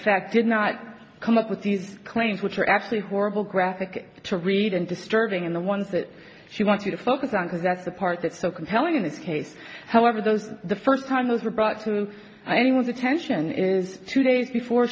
fact did not come up with these claims which are actually horrible graphic to read and disturbing in the ones that she wants you to focus on because that's the part that is so compelling in this case however those the first time those were brought to anyone's attention is two days before